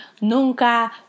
nunca